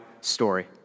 story